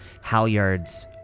Halyards